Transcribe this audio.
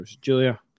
Julia